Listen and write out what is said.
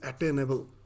attainable